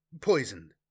poisoned